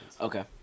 Okay